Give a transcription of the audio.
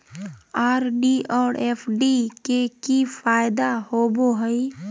RD और FD के की फायदा होबो हइ?